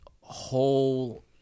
whole